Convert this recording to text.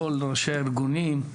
כל ראשי הארגונים.